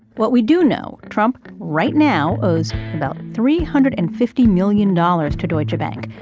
what we do know trump, right now, owes about three hundred and fifty million dollars to deutsche bank,